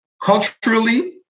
Culturally